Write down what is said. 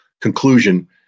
conclusion